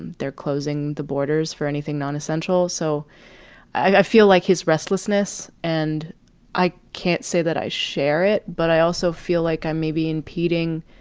they're closing the borders for anything nonessential. so i feel like his restlessness and i can't say that i share it, but i also feel like i may be impeding